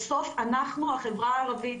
בסוף, אנחנו החברה הערבית,